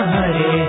Hare